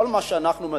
כל מה שאנחנו מציעים,